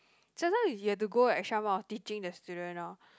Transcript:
sometime if you have to go extra mile of teaching the student lor